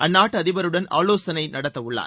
அந்நாட்டு அதிபருடன் ஆலோசனை நடத்தவுள்ளார்